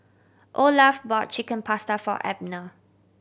Olaf bought Chicken Pasta for Abner